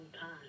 time